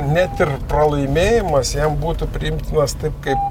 net ir pralaimėjimas jiem būtų priimtinas taip kaip